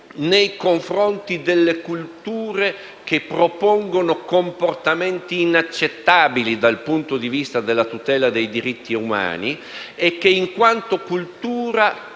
nei confronti delle culture che propongono comportamenti inaccettabili dal punto di vista della tutela dei diritti umani e che, in quanto culture,